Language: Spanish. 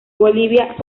bolivia